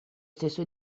stesso